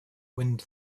wind